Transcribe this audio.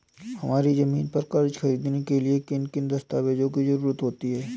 हमारी ज़मीन पर कर्ज ख़रीदने के लिए किन किन दस्तावेजों की जरूरत होती है?